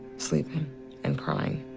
sleeping and crying.